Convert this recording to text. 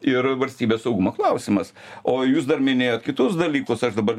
ir valstybės saugumo klausimas o jūs dar minėjot kitus dalykus aš dabar